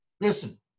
Listen